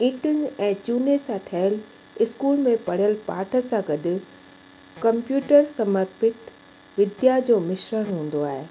एकिल ऐं चूने सां ठहियलु स्कूल में पढ़ियलु पाठ सां गॾु कम्पयूटर समर्पित विध्या जो मिश्रण हूंदो आहे